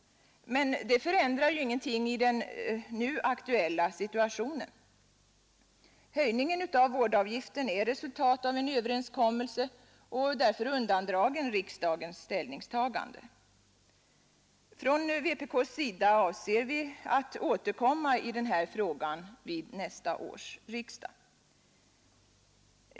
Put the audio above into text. Men det förändrar ingenting i den nu aktuella situationen. Höjningen av vårdavgiften är resultat av en överenskommelse och därför undandragen riksdagens ställningstagande Från vpk:s sida avser vi att återkomma i den här frågan vid nästa års riksdag.